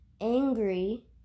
angry